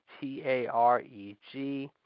T-A-R-E-G